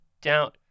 Down